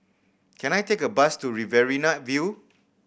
can I take a bus to Riverina View